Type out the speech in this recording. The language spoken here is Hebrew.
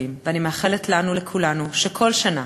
ואני מאחלת לנו, לכולנו, שכל שנה,